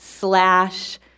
Slash